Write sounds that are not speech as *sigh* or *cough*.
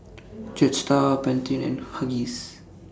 *noise* Jetstar Pantene and Huggies